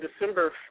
December